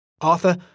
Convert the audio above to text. Arthur